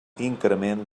increment